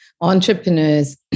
Entrepreneurs